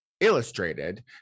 illustrated